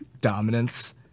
dominance